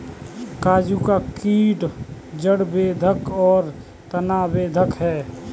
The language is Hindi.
काजू का कीट जड़ बेधक और तना बेधक है